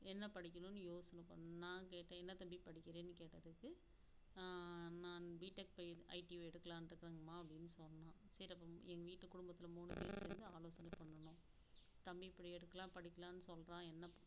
என்ன படிக்கணும்னு யோசனை பண் நான் கேட்டேன் என்ன தம்பி படிக்கிறேன்னு கேட்டதுக்கு நான் பிடெக் பை ஐடி எடுக்கலாம்னு இருக்கிறங்கம்மா அப்படின்னு சொன்னான் சரி அப்போ எங்கள் வீட்டு குடும்பத்தில் மூணு பேரும் சேர்ந்து ஆலோசனை பண்ணினோம் தம்பி இப்படி எடுக்கலாம் படிக்கலாம்னு சொல்கிறான் என்ன